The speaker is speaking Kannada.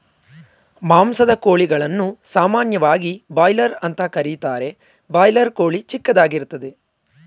ಮಾಂಸದ ಕೋಳಿಗಳನ್ನು ಸಾಮಾನ್ಯವಾಗಿ ಬಾಯ್ಲರ್ ಅಂತ ಕರೀತಾರೆ ಬಾಯ್ಲರ್ ಕೋಳಿ ಚಿಕ್ಕದಾಗಿರ್ತದೆ